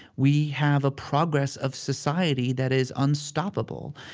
we have a progress of society that is unstoppable.